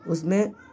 اس میں